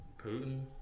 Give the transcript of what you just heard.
Putin